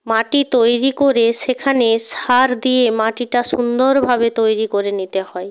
মাটি তৈরি করে সেখানে সার দিয়ে মাটিটা সুন্দরভাবে তৈরি করে নিতে হয়